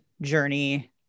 journey